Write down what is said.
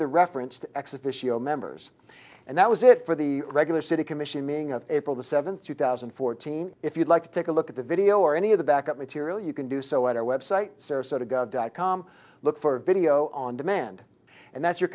the referenced ex officio members and that was it for the regular city commission meeting of april the seventh two thousand and fourteen if you'd like to take a look at the video or any of the back up material you can do so at our website sarasota go dot com look for video on demand and that's your